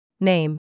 Name